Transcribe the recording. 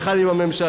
יחד עם הממשלה.